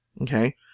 okay